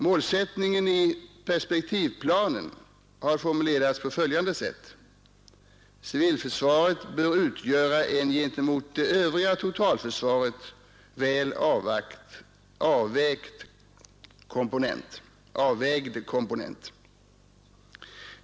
Målsättningen i perspektivplanen har formulerats på följande sätt: Civilförsvaret bör utgöra en gentemot det övriga totalförsvaret väl avvägd komponent.